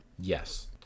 yes